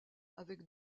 avec